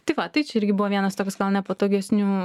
tai va tai čia irgi buvo vienas toks gal nepatogesnių